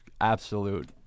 Absolute